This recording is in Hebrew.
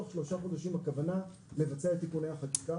בתוך שלושה חודשים הכוונה לבצע את תיקוני החקיקה.